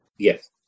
Yes